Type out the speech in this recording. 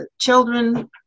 children